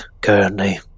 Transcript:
Currently